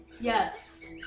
Yes